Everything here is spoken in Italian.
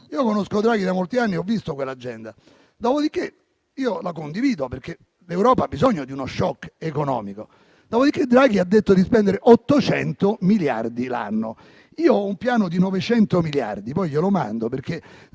Io conosco Draghi da molti anni, ho visto quell'agenda e la condivido, perché l'Europa ha bisogno di uno *shock* economico; dopodiché Draghi ha detto di spendere 800 miliardi l'anno. Io ho un piano da 900 miliardi, poi glielo mando perché